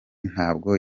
ntabwo